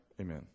Amen